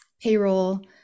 payroll